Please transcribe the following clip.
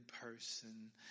person